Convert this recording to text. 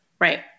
Right